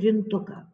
trintuką